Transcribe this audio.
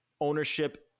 ownership